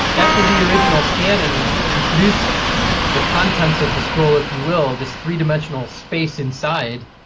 after the original scanning you produce the contents of the scroll, if you will, this three-dimensional space inside,